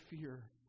fear